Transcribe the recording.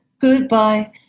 Goodbye